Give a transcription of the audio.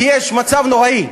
כי יש מצב נוראי.